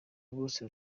rwose